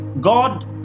God